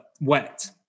wet